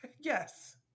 yes